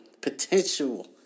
potential